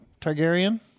Targaryen